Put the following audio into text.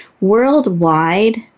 worldwide